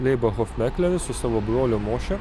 leiba hofmekleris su savo broliu moiše